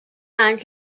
anys